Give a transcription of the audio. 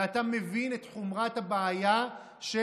ואתה מבין את חומרת הבעיה של